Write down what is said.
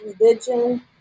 religion